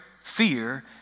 fear